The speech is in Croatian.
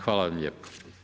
Hvala vam lijepo.